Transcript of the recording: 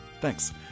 Thanks